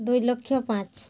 ଦୁଇ ଲକ୍ଷ ପାଞ୍ଚ